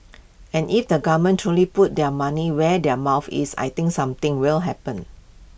and if the government truly puts their money where their mouth is I think something will happen